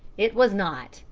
it was not.